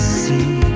see